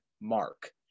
mark